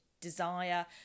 desire